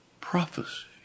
prophecy